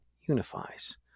unifies